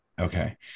okay